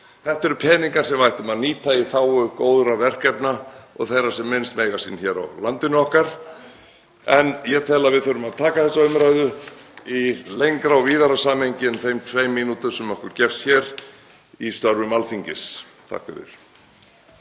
Þetta eru peningar sem við ættum að nýta í þágu góðra verkefna og þeirra sem minnst mega sín hér á landinu okkar. En ég tel að við þurfum að taka þessa umræðu í lengra og víðara samhengi en á þeim tveim mínútum sem okkur gefst hér í störfum Alþingis. SPEECH_END